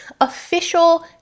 official